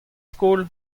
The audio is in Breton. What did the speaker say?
skol